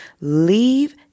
Leave